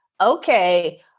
okay